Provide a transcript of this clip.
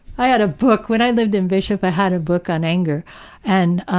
i had a book, when i lived in bishop, i had a book on anger and